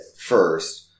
first